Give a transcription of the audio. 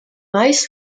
meist